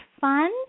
fun